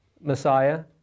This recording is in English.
messiah